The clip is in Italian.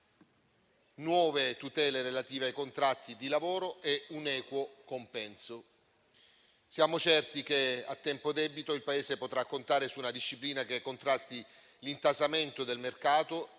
nuove tutele relative ai contratti di lavoro e un equo compenso. Siamo certi che a tempo debito il Paese potrà contare su una disciplina che contrasti l'intasamento del mercato